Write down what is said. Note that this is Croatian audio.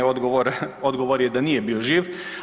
Odgovor je da nije bio živ.